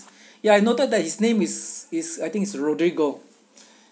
ya I noted that his name is is I think is roderigo